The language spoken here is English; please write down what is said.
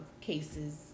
cases